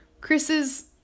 Chris's